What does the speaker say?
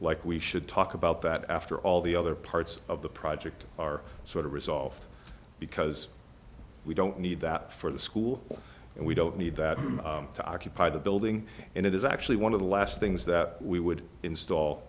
like we should talk about that after all the other parts of the project are sort of resolved because we don't need that for the school and we don't need that to occupy the building and it is actually one of the last things that we would install